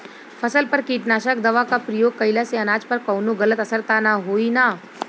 फसल पर कीटनाशक दवा क प्रयोग कइला से अनाज पर कवनो गलत असर त ना होई न?